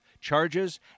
charges